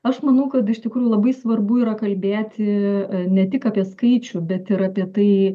aš manau kad iš tikrųjų labai svarbu yra kalbėti ne tik apie skaičių bet ir apie tai